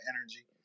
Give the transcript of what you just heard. energy